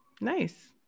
nice